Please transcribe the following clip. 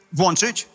włączyć